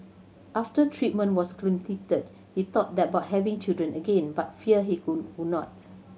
after treatment was completed he thought that about having children again but feared he could would not